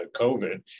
COVID